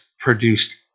produced